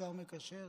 שר מקשר יש?